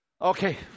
Okay